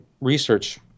research